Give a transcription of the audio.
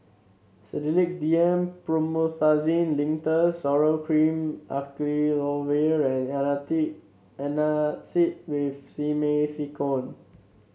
Sedilix D M Promethazine Linctus Zoral Cream Acyclovir and Antacid with Simethicone